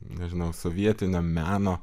nežinau sovietinio meno